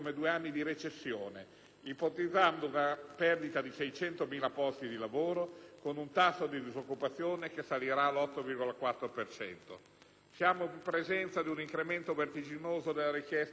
ipotizzando una perdita di 600.000 posti di lavoro, con un tasso di disoccupazione che salirà all'8,4 per cento. Siamo in presenza di un incremento vertiginoso delle richieste per cassa integrazione